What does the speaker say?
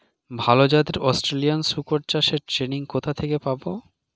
ভালো জাতে অস্ট্রেলিয়ান শুকর চাষের ট্রেনিং কোথা থেকে পাব?